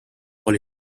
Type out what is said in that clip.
oli